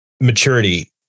maturity